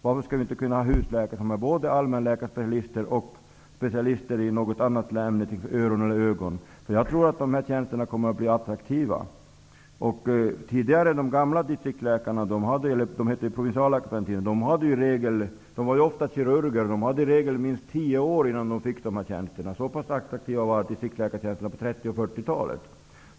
Varför skall vi inte kunna ha husläkare som är både allmänläkarspecialister och specialister i något annat ämne, t.ex. ögon eller öron? Jag tror att dessa tjänster kommer att bli attraktiva. De gamla distriktsläkarna, de hette provinsialläkare på den tiden, var ofta kirurger. De hade i regel tjänstgjort i tio år innan de fick dessa tjänster. Så attraktiva var distriktsläkartjänsterna på 30 och 40-talet.